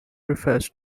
refers